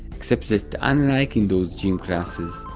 except that unlike in those gym classes,